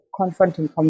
confronting